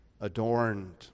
adorned